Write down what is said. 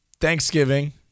Thanksgiving